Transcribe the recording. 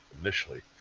initially